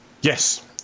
Yes